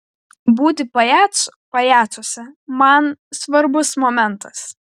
būti pajacu pajacuose man svarbus momentas